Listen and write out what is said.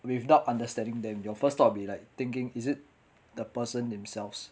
without understanding them your first thought will be like thinking is it the person themselves